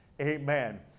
amen